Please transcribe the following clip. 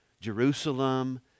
Jerusalem